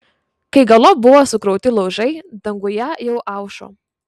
kai galop buvo sukrauti laužai danguje jau aušo